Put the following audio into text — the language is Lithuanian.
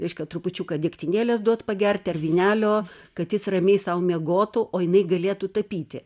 reiškia trupučiuką degtinėlės duot pagerti ar vynelio kad jis ramiai sau miegotų o jinai galėtų tapyti